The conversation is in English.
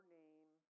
name